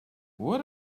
what